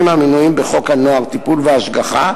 המנויים בחוק הנוער (טיפול והשגחה),